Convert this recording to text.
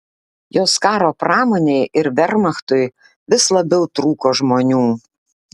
jos karo pramonei ir vermachtui vis labiau trūko žmonių